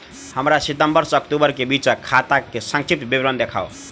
हमरा सितम्बर सँ अक्टूबर केँ बीचक खाता केँ संक्षिप्त विवरण देखाऊ?